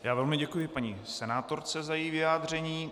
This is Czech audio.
Já velmi děkuji paní senátorce za její vyjádření.